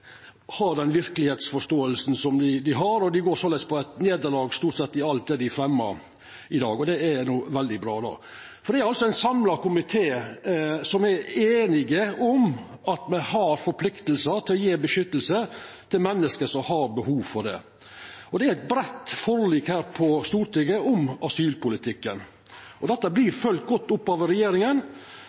har den verkelegheitsforståinga. Dei går såleis på nederlag i stort sett alt dei fremjar i dag – og det er veldig bra. Det er ein samla komité som er einig om at me er forplikta til å gje beskyttelse til menneske som har behov for det. Det er eit breitt forlik om asylpolitikken her på Stortinget, og dette vert følgt godt opp av regjeringa.